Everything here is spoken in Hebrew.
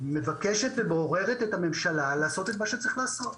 הכנסת מבקשת ומעוררת את הממשלה לעשות את מה שצריך לעשות.